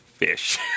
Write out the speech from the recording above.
fish